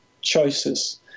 choices